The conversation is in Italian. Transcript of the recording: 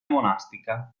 monastica